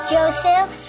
Joseph